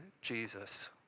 Jesus